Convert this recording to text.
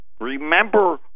Remember